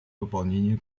выполнению